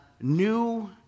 new